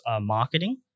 marketing